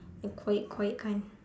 the quiet quiet kind